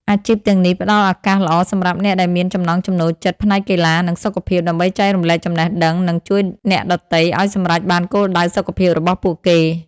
អាជីពទាំងនេះផ្ដល់ឱកាសល្អសម្រាប់អ្នកដែលមានចំណង់ចំណូលចិត្តផ្នែកកីឡា និងសុខភាព ដើម្បីចែករំលែកចំណេះដឹង និងជួយអ្នកដទៃឱ្យសម្រេចបានគោលដៅសុខភាពរបស់ពួកគេ។